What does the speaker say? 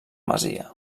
masia